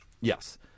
Yes